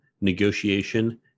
negotiation